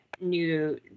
new